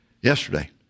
yesterday